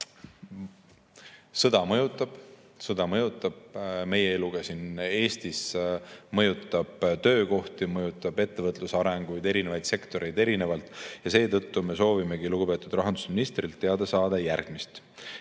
sõda mõjutab. See mõjutab ka meie elu siin Eestis, mõjutab töökohti, mõjutab ettevõtluse arengut, eri sektoreid erinevalt. Seetõttu me soovimegi lugupeetud rahandusministrilt teada saada järgmist.